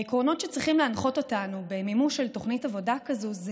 העקרונות שצריכים להנחות אותנו במימוש של תוכנית עבודה כזאת הם